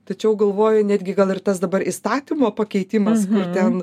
tačiau galvoju netgi gal ir tas dabar įstatymo pakeitimas ten